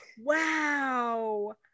wow